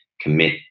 commit